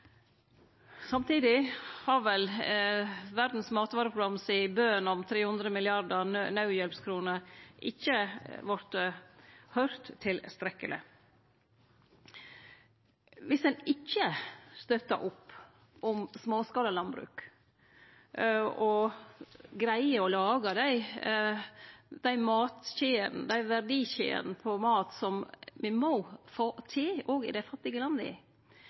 Samtidig har vel Verdas matvareprogram si bøn om 300 milliarder naudhjelpskroner ikkje vorte høyrd tilstrekkeleg. Om ein ikkje støttar opp om småskalalandbruk og greier å lage dei verdikjedene på mat som me må få til òg i dei fattige landa,